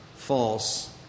false